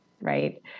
right